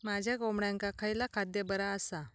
माझ्या कोंबड्यांका खयला खाद्य बरा आसा?